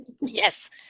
Yes